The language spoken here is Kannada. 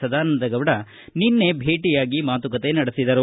ಸದಾನಂದ ನಿನ್ನೆ ಭೇಟಿಯಾಗಿ ಮಾತುಕತೆ ನಡೆಸಿದರು